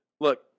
Look